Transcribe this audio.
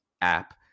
app